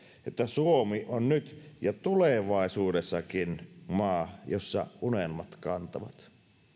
että suomi on nyt ja tulevaisuudessakin maa jossa unelmat kantavat